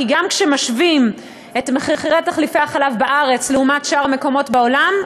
כי גם כשמשווים את מחירי תחליפי החלב בארץ לעומת שאר המקומות בעולם,